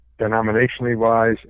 denominationally-wise